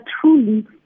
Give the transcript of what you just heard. truly